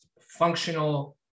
functional